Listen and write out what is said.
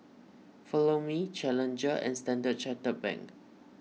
Follow Me Challenger and Standard Chartered Bank